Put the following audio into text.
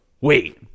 wait